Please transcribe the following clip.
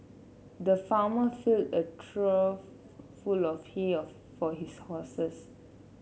the farmer filled a trough full of hay of for his horses